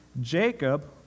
Jacob